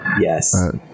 Yes